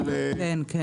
כן.